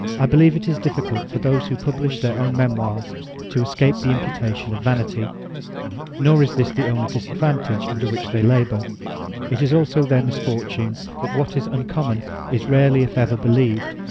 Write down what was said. i believe it is difficult for those who publish their own memoirs to escape the imputation of vanity nor is this the only disadvantage under which they labour it is also their misfortune, that what is uncommon is rarely, if ever, believed,